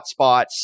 hotspots